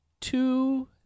two